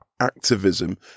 activism